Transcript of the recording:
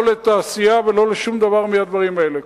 לא לתעשייה ולא לשום דבר מהדברים האלה.